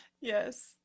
Yes